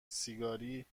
سیگاری